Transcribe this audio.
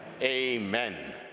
Amen